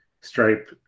Stripe